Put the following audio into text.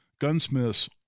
gunsmiths